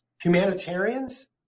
humanitarians